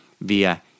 via